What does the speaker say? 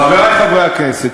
חברי חברי הכנסת,